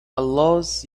allows